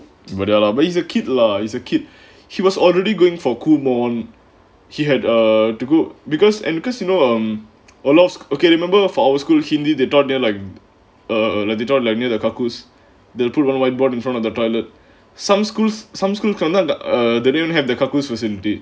but there lah but he's a kid lah he's a kid she was already going for kum on he had err to go because and because you know I'm a last okay remember for our school hindhede they thought they are like err like near the carcass the proven whiteboard in front of the toilet some schools some school they didn't have the carcass was indeed